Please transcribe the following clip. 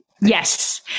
yes